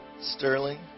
Sterling